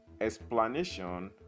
explanation